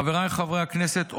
חבריי חברי הכנסת,